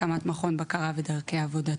הקמת מכון בקרה ודרכי עבודתו.